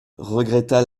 regretta